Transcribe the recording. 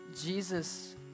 Jesus